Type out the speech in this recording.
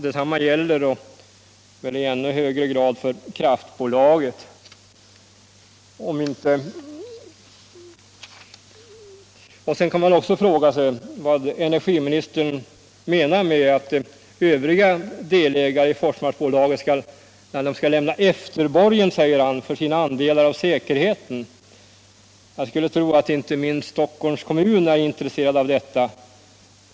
Detsamma gäller väl i ännu högre grad för kraftbolaget. Man kan också fråga sig vad energiministern menar med att övriga delägare i Forsmarksbolaget skall ”lämna efterborgen för sina andelar i säkerheten”. Jag skulle tro att inte minst Stockholms kommun är intresserad av att få veta det.